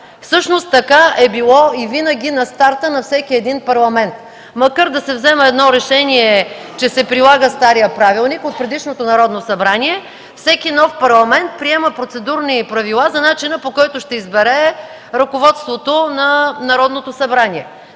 Всъщност така е било и винаги на старта на всеки един Парламент. Макар да се взема едно решение, че се прилага старият правилник от предишното Народно събрание, всеки нов Парламент приема процедурни правила за начина, по който ще избере ръководството на Народното събрание.